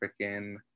freaking